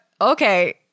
Okay